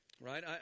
right